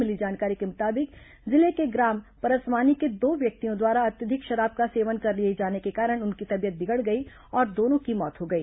मिली जानकारी के मुताबिक जिले के ग्राम परसवानी के दो व्यक्तियों द्वारा अत्यधिक शराब का सेवन कर लिए जाने के कारण उनकी तबीयत बिगड़ गई और दोनों की मौत हो गई